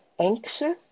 anxious